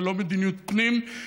ללא מדיניות פנים,